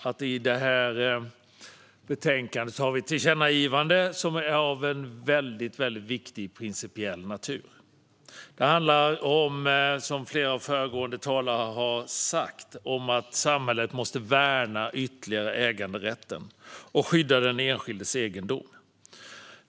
I det här betänkandet har vi ett tillkännagivande av väldigt viktig principiell natur. Det handlar, som flera av de föregående talarna har sagt, om att samhället ytterligare måste värna äganderätten och skydda den enskildes egendom.